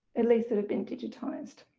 at least that have been digitized.